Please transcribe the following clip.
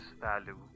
value